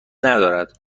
ندارد